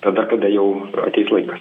tada kada jau ateis laikas